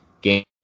game